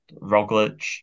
Roglic